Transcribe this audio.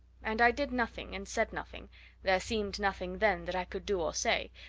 and i did nothing, and said nothing there seemed nothing, then, that i could do or say,